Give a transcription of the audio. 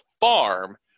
farm